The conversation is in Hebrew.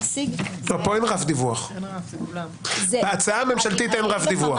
פה אין רף דיווח, בהצעה הממשלתית אין רף דיווח.